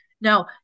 Now